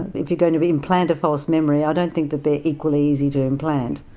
if you're going to implant a false memory, i don't think that they're equally easy to implant.